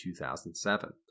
2007